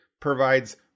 provides